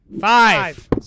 Five